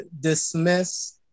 dismiss